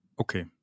Okay